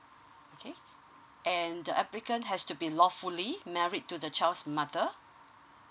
okay and the applicant has to be lawfully married to the child's mother